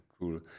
cool